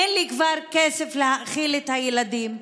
אין לי כבר כסף להאכיל את הילדים.